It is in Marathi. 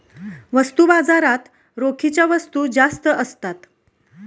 वस्तू बाजारात रोखीच्या वस्तू जास्त असतात